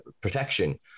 protection